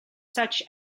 such